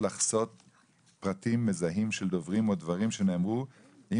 לחסות פרטים מזהים של דוברים או דברים שנאמרו אם